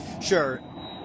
sure